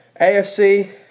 AFC